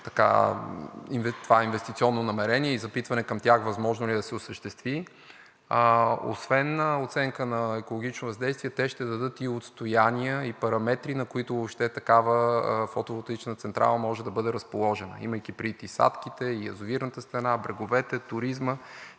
това инвестиционно намерение и запитване към тях възможно ли е да се осъществи, освен оценка на екологично въздействие, те ще дадат и отстояния, и параметри, на които такава фотоволтаична централа може да бъде разположена, имайки предвид и садките, и язовирната стена, бреговете, туризма